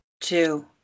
two